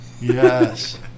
Yes